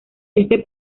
este